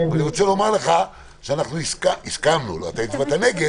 אני רוצה לומר לך שהסכמנו עליו אתה הצבעת נגד